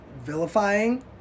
vilifying